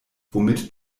womit